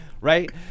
Right